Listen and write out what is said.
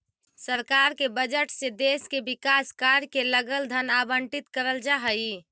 सरकार के बजट से देश के विकास कार्य के लगल धन आवंटित करल जा हई